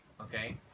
Okay